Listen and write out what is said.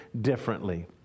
differently